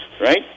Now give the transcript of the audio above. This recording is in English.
right